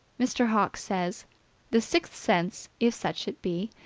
mr. hawkes says the sixth sense, if such it be,